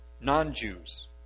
non-Jews